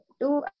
two